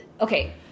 Okay